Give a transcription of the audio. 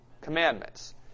commandments